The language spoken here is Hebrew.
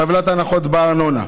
טבלת הנחות בארנונה,